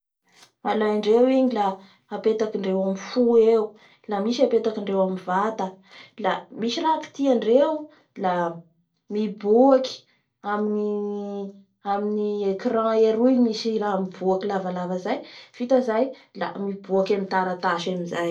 Alaindreo igny la apetakindreo amin'ny fo eo la misy apetakindreo amin'ny vata la misy raha kitiandreo la miboaky amin'ny amin'ny ecran eroy misy raha miboaky lavalava zay